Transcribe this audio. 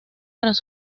tras